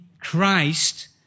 Christ